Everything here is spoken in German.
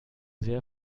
sehr